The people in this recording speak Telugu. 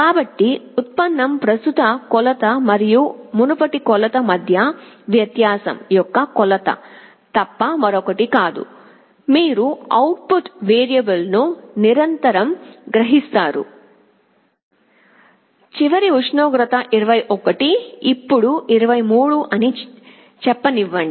కాబట్టి ఉత్పన్నం ప్రస్తుత కొలత మరియు మునుపటి కొలత మధ్య వ్యత్యాసం యొక్క కొలత తప్ప మరొకటి కాదు మీరు అవుట్పుట్ వేరియబుల్ను నిరంతరం గ్రహిస్తారు చివరిసారి ఉష్ణోగ్రత 21 ఇప్పుడు 23 అని చెప్పనివ్వండి